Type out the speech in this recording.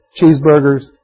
cheeseburgers